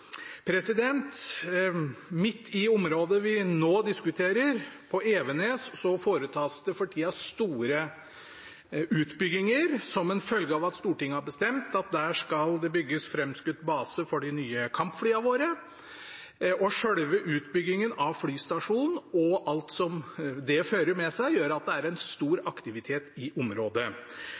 Midt i området vi nå diskuterer, på Evenes, foretas det for tida store utbygginger som en følge av at Stortinget har bestemt at der skal det bygges framskutt base for de nye kampflyene våre. Selve utbyggingen av flystasjonen og alt som det fører med seg, gjør at det er stor aktivitet i området.